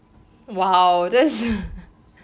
!wow! that's